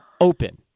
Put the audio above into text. open